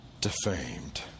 defamed